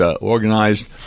organized